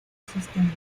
ecosistemas